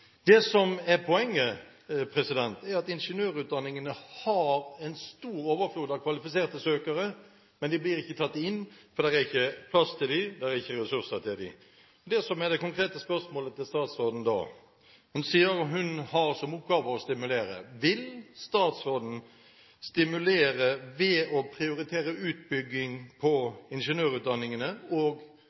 Det som er poenget, er at ingeniørutdanningene har en stor overflod av kvalifiserte søkere, men de blir ikke tatt inn, for det er ikke plass til dem – det er ikke ressurser til dem. Det som er det konkrete spørsmålet til statsråden, er da – hun sier hun har som oppgave å stimulere: Vil statsråden stimulere ved å prioritere utbygging av ingeniørutdanningene og